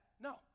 No